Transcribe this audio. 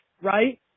right